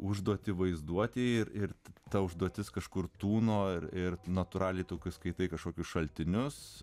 užduotį vaizduotėje ir ir ta užduotis kažkur tūno ir ir natūraliai to kai skaitai kažkokius šaltinius